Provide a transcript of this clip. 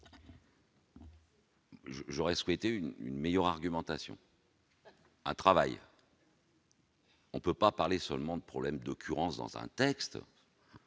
J'aurais souhaité une meilleure argumentation. On ne peut pas évoquer seulement un problème d'occurrences dans le texte